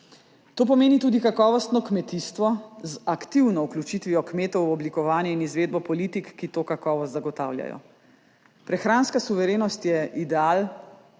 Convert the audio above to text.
To pomeni tudi kakovostno kmetijstvo z aktivno vključitvijo kmetov v oblikovanje in izvedbo politik, ki to kakovost zagotavljajo. Prehranska suverenost je ideal.